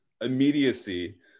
immediacy